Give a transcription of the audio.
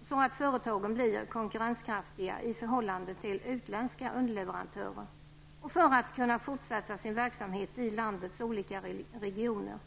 så att företagen blir konkurrenskraftiga i förhållande till utländska underleverantörer och för att kunna fortsätta sin verksamhet i landets olika regioner.